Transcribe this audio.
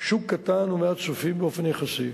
שוק קטן ומעט צופים באופן יחסי.